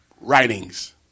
writings